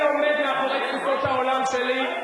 אני עומד מאחורי תפיסות העולם שלי.